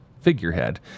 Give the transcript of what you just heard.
figurehead